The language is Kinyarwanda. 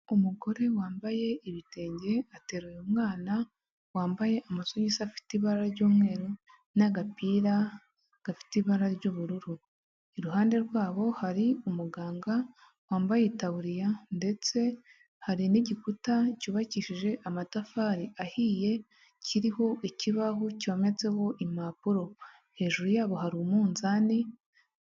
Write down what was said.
Umugore wambaye ibitenge ateraye umwana wambaye amasogisi afite ibara ry'umweru n'agapira gafite ibara ry'ubururu, iruhande rwabo hari umuganga wambaye itaburiya ndetse hari n'igikuta cyubakishije amatafari ahiye kiriho ikibaho cyometseho impapuro, hejuru yabo hari umunzani.